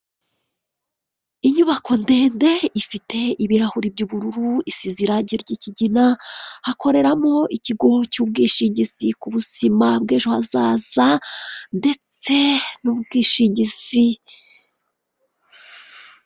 Mu muhanda harimo imodoka isize irangi ry'ubururu, imbere harimo haraturukayo ipikipiki ihetse umuntu, hirya gatoya hahagaze umuntu, ku muhanda hari ibiti binini cyane.